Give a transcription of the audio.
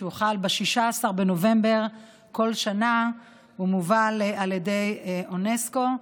שחל ב-16 בנובמבר כל שנה ומובל על ידי אונסק"ו.